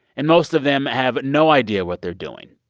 and most of them have no idea what they're doing.